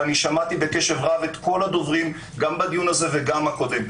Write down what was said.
ואני שמעתי בקשב רב את כל הדוברים גם בדיון הזה וגם הקודם,